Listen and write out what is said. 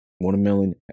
Watermelon